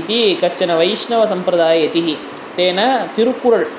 इति कश्चन वैष्णवसम्प्रदाय यतिः तेन तिरुकुरळ्